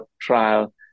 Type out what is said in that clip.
trial